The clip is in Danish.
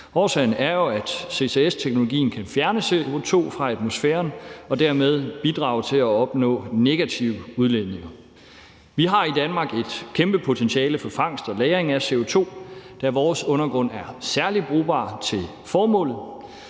Årsagen er jo, at CCS-teknologien kan fjerne CO2 fra atmosfæren og dermed bidrage til at opnå negative udledninger. Vi har i Danmark et kæmpe potentiale for fangst og lagring af CO2, da vores undergrund er særlig brugbar til formålet,